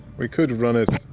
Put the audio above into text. we could run it